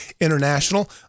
International